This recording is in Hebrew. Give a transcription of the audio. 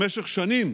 במשך שנים